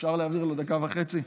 אפשר להעביר לו דקה וחצי?